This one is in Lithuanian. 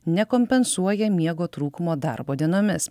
nekompensuoja miego trūkumo darbo dienomis